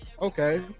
Okay